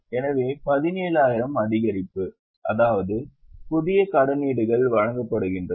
எனவே 17000 அதிகரிப்பு அதாவது புதிய கடனீடுகள் வழங்கப்படுகின்றன